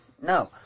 No